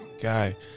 guy